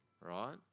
right